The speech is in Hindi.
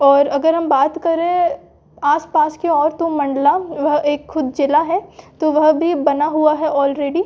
और अगर हम बात करें आस पास के और तो मंडला वह एक खुद जिला है तो वह भी बना हुआ है ऑलरेडी